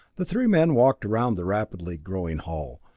the three men walked around the rapidly growing hull,